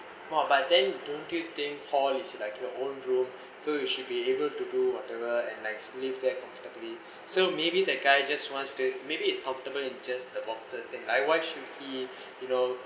no but then don't you think hall is like your own room so you should be able to do whatever and nice and live there comfortably so maybe that guy just wants to maybe it's comfortable in just the boxers and why should he you know